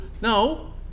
No